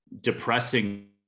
depressing